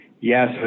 Yes